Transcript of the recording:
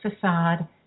facade